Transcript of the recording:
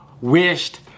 wished